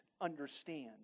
understand